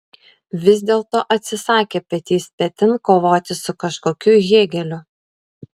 vis dėlto atsisakė petys petin kovoti su kažkokiu hėgeliu